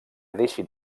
deixin